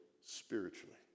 spiritually